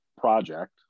project